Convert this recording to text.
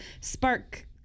spark